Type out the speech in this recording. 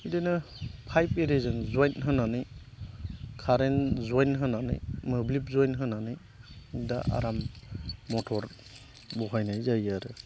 बिदिनो पाइप आरिजों जइन होनानै कारेन्ट जइन होनानै मोब्लिब जइन होनानै दा आराम मथर बहायनाय जायो आरो